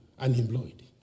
unemployed